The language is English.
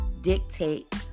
dictate